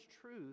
truth